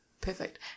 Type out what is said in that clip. Perfect